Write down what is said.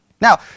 Now